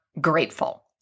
grateful